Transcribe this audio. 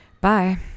Bye